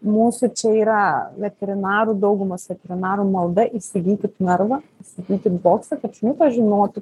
mūsų čia yra veterinarų daugumos veterinarų malda įsigykit narvą sakykim boksą kad šuniukas žinotų